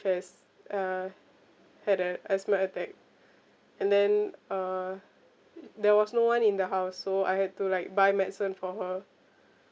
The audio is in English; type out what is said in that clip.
has uh had a asthma attack and then uh there was no one in the house so I had to like buy medicine for her